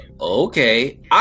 okay